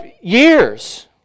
years